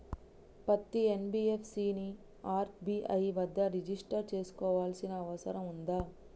పత్తి ఎన్.బి.ఎఫ్.సి ని ఆర్.బి.ఐ వద్ద రిజిష్టర్ చేసుకోవాల్సిన అవసరం ఉందా?